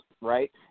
right